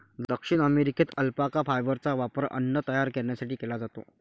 दक्षिण अमेरिकेत अल्पाका फायबरचा वापर अन्न तयार करण्यासाठी केला जातो